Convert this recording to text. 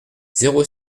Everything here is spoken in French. zéro